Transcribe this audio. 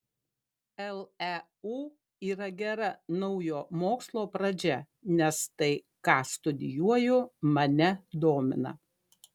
leu yra gera naujo mokslo pradžia nes tai ką studijuoju mane domina